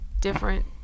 different